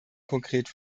konkret